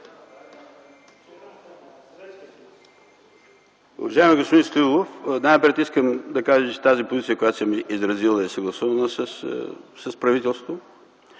Уважаеми господин Стоилов, най-напред искам да кажа, че позицията, която съм изразил, е съгласувана с правителството,